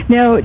Now